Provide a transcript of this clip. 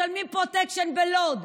משלמים פרוטקשן בלוד,